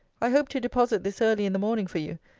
i hope to deposit this early in the morning for you,